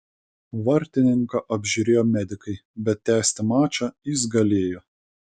vartininką apžiūrėjo medikai bet tęsti mačą jis galėjo